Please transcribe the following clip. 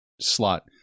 slot